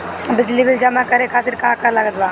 बिजली बिल जमा करे खातिर का का लागत बा?